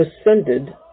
ascended